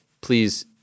please